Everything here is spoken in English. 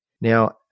Now